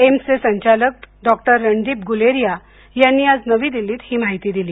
एम्सचे संचालक डॉक्टर रणदीप गुलेरिया यांनी आज नवी दिल्लीत ही माहिती दिली